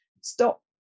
stop